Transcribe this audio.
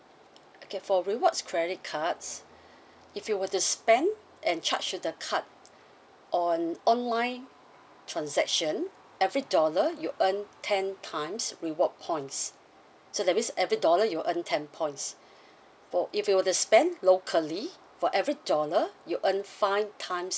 okay for rewards credit cards if you were to spend and charge to the card on online transaction every dollar you earn ten times reward points so that means every dollar you earn ten points for if you were to spend locally for every dollar you earn five times